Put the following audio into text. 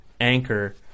anchor